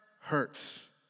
hurts